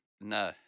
No